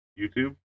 YouTube